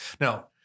Now